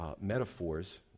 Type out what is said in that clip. metaphors